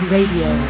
Radio